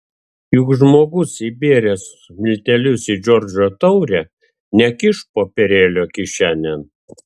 juk žmogus įbėręs miltelius į džordžo taurę nekiš popierėlio kišenėn